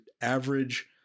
average